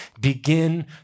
begin